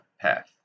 path